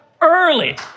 early